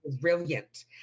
brilliant